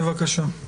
בבקשה.